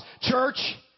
church